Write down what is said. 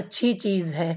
اچھی چیز ہے